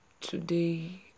Today